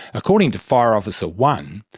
according to fire officer one,